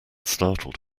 startled